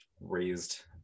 raised